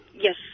Yes